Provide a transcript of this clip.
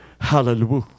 hallelujah